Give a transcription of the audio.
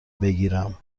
بگیرم